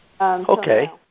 Okay